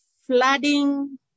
Flooding